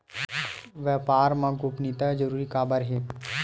व्यापार मा गोपनीयता जरूरी काबर हे?